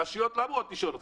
הרשויות לא אמורות לשאול אותך.